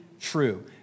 true